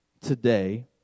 today